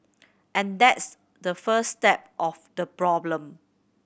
and that's the first step of the problem